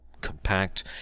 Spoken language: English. compact